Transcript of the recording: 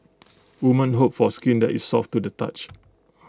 women hope for skin that is soft to the touch